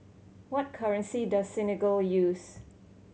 what currency does Senegal use